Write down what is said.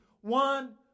one